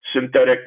Synthetic